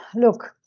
look,